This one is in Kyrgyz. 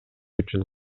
үчүн